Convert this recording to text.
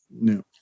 no